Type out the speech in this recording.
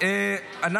אנחנו